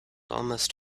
almost